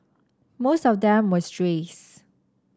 most of them were strays